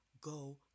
go